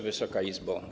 Wysoka Izbo!